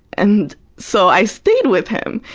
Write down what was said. and so, i stayed with him.